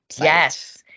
Yes